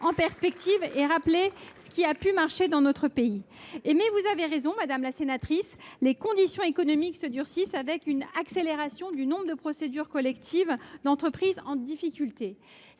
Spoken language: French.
en perspective et de rappeler ce qui a pu marcher dans notre pays. Mais vous avez raison, madame la sénatrice, les conditions économiques se durcissent, avec une accélération de la hausse du nombre de procédures collectives d’entreprises en difficulté.